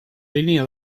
línia